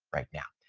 right now.